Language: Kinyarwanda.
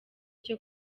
cyo